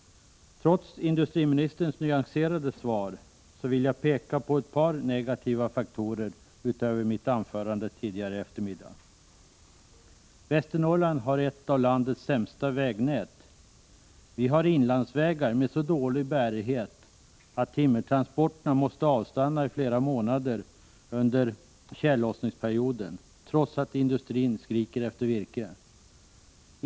Trots industriministerns nyanserade svar vill jag peka på ett par negativa faktorer utöver dem jag nämnde i mitt tidigare anförande. Västernorrland har ett av landets sämsta vägnät. Vi har inlandsvägar med så dålig bärighet att timmertransporterna måste avstanna i flera månader under tjällossningsperioden, trots att industrin skriker efter virke.